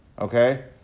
okay